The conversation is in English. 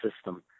system